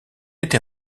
été